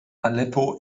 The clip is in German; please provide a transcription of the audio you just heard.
aleppo